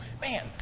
Man